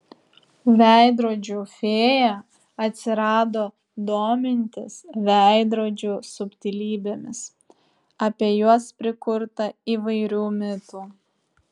veidrodžių fėja atsirado domintis veidrodžių subtilybėmis apie juos prikurta įvairių mitų